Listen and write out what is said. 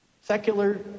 secular